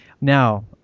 Now –